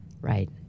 Right